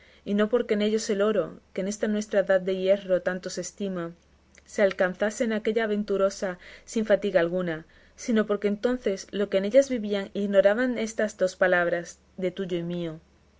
y no porque en ellos el oro que en esta nuestra edad de hierro tanto se estima se alcanzase en aquella venturosa sin fatiga alguna sino porque entonces los que en ella vivían ignoraban estas dos palabras de tuyo y mío